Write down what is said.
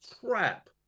crap